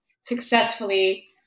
successfully